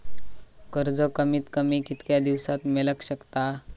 कर्ज कमीत कमी कितक्या दिवसात मेलक शकता?